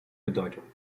bedeutung